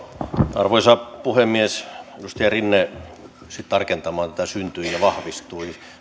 arvoisa puhemies edustaja rinne pyysi tarkentamaan tätä ilmausta syntyi ja vahvistui